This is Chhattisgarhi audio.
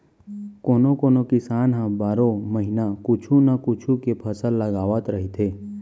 कोनो कोनो किसान ह बारो महिना कुछू न कुछू के फसल लगावत रहिथे